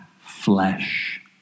flesh